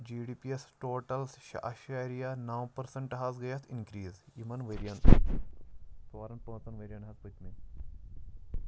جی D P یَس total شےٚ اَشاریہ نو پٔرسنٛٹہٕ حظ گٔے اتھ انکرٛیٖز یِمن ؤرین